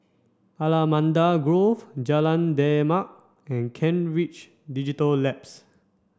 Allamanda Grove Jalan Demak and Kent Ridge Digital Labs